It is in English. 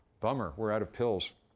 bummer, we're out of pills.